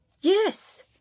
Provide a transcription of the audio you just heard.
Yes